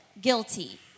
guilty